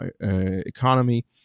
economy